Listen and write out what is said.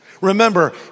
Remember